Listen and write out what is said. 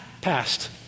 passed